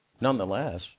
nonetheless